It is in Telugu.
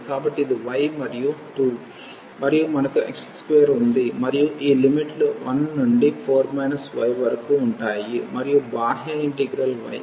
కాబట్టి ఇది y మరియు 2 మరియు మనకు x2 ఉంది మరియు ఈ లిమిట్లు 1 నుండి 4 y వరకు ఉంటాయి మరియు బాహ్య ఇంటిగ్రల్ y